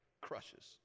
crushes